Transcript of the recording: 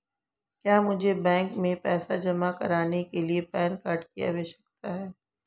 क्या मुझे बैंक में पैसा जमा करने के लिए पैन कार्ड की आवश्यकता है?